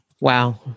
Wow